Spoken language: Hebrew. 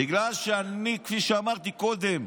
בגלל שאני, כפי שאמרתי קודם,